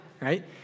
right